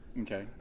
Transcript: okay